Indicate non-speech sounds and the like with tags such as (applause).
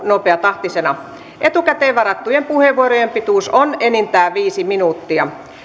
(unintelligible) nopeatahtisena etukäteen varattujen puheenvuorojen pituus on enintään viisi minuuttia